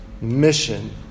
mission